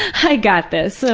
i got this!